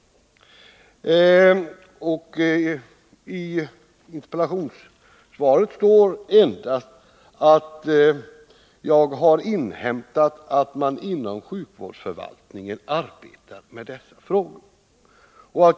I interpellationssvaret står endast ”att jag har inhämtat att man inom sjukvårdsförvaltningen arbetar med dessa frågor.